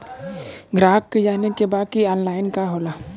ग्राहक के जाने के बा की ऑनलाइन का होला?